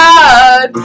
God